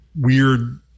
weird